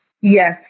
Yes